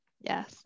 Yes